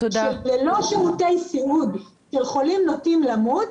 שללא שירותי סיעוד של חולים נוטים למות,